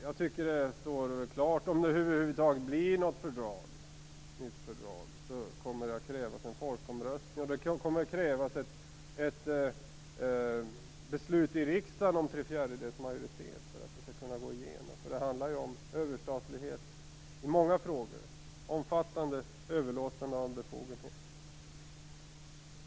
Jag tycker att det står klart, om det över huvud taget blir något nytt fördrag, att det kommer att krävas en folkomröstning. Det kommer att krävas ett beslut i riksdagen med tre fjärdedels majoritet för att förslaget skall kunna gå igenom. Det handlar ju om överstatlighet i många frågor, omfattande överlåtande av befogenheter.